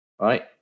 right